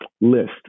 list